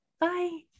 Bye